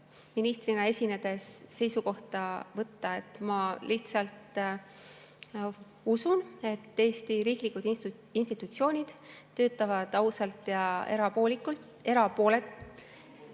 ministrina esinedes seisukohta võtta. Ma lihtsalt usun, et Eesti riiklikud institutsioonid töötavad ausalt ja erapooletult. Kui see